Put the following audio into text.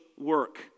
work